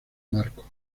marco